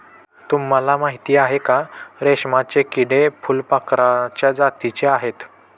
तुम्हाला माहिती आहे का? रेशमाचे किडे फुलपाखराच्या जातीचे आहेत